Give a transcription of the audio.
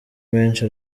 menshi